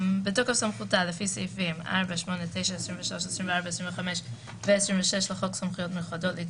רק בארצות הברית ל-45 מיליון איש